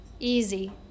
Easy